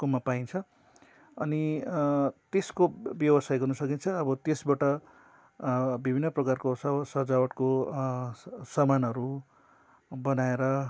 कोमा पाइन्छ अनि त्यसको व्यवसाय गर्न सकिन्छ अब त्यसबाट विभिन्न प्रकारको सौ सजावटको स सामानहरू बनाएर